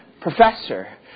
Professor